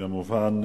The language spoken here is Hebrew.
כמובן,